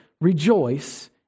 rejoice